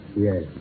Yes